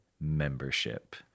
membership